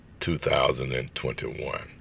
2021